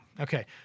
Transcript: Okay